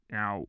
Now